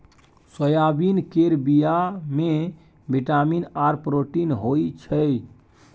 soybean केर बीया मे बिटामिन आर प्रोटीन होई छै